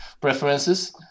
preferences